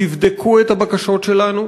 תבדקו את הבקשות שלנו,